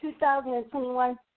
2021